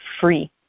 free